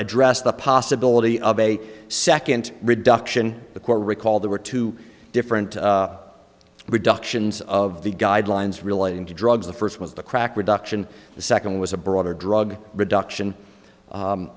addressed the possibility of a second reduction the court recall there were two different reductions of the guidelines relating to drugs the first was the crack reduction the second was a broader drug reduction